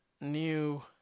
new